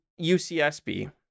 UCSB